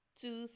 two